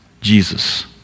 Jesus